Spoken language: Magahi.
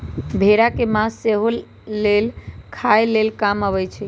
भेड़ा के मास सेहो लेल खाय लेल काम अबइ छै